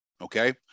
Okay